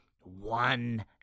one